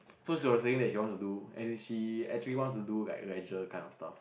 so she was saying that she wants to do as in she actually wants to do like leisure kind of stuff